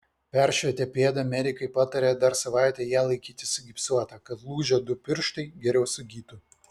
peršvietę pėdą medikai patarė dar savaitę ją laikyti sugipsuotą kad lūžę du pirštai geriau sugytų